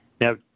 Now